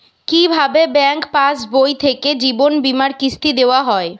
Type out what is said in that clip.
কি ভাবে ব্যাঙ্ক পাশবই থেকে জীবনবীমার কিস্তি দেওয়া হয়?